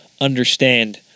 understand